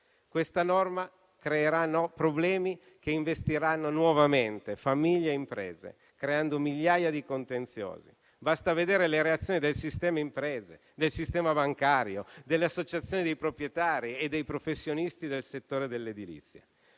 Questa norma determinerà problemi che investiranno nuovamente famiglie e imprese, creando migliaia di contenziosi. Basta vedere le reazioni del sistema delle imprese, del sistema bancario, delle associazioni dei proprietari e dei professionisti del settore dell'edilizia.